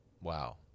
Wow